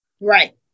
right